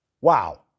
Wow